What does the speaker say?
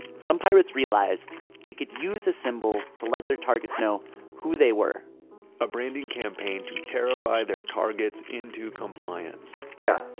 some pirates realized they could use a symbol to let their targets know who they were a branding campaign to terrify their targets into compliance yeah